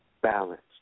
balanced